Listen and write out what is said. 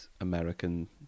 American